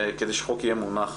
כדי שהחוק יהיה מונח,